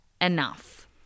enough